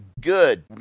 good